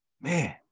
Man